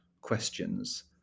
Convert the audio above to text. questions